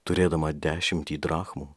turėdama dešimtį drachmų